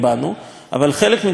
אבל חלק מכישלון המכרז,